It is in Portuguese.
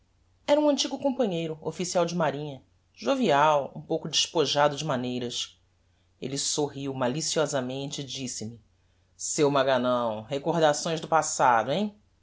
era um antigo companheiro official de marinha jovial um pouco despejado de maneiras elle sorriu maliciosamente e disse-me seu maganão recordações do passado hein